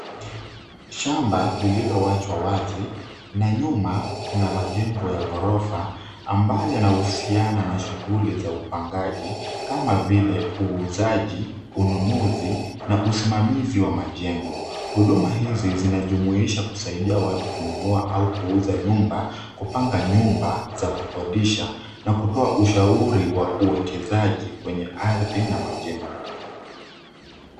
Shamba lililoachwa wazi na nyuma kuna majengo ya ghorofa ambayo yana uhusiano na shughuli za upangaji kama vile uuzaji, ununuzi na usimamizi wa majengo. Huduma hizi zinajumuisha kusaidia watu kununua au kuuza nyumba, kupanga nyumba za kukodisha na kutoa ushauri wa uwekezaji kwenye ardhi na majengo.